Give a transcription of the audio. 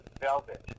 Velvet